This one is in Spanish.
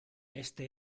este